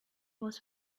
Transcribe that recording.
was